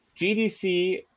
GDC